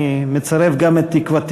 אני מצרף גם את תקוותי